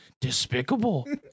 despicable